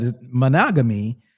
monogamy